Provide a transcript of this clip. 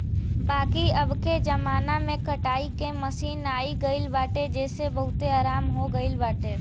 बाकी अबके जमाना में कटाई के मशीन आई गईल बाटे जेसे बहुते आराम हो गईल बाटे